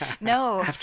No